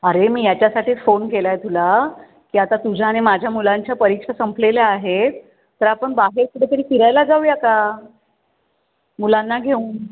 अरे मी याच्यासाठीच फोन केला आहे तुला की आता तुझ्या आणि माझ्या मुलांच्या परीक्षा संपलेल्या आहेत तर आपण बाहेर कुठंतरी फिरायला जाऊ या का मुलांना घेऊन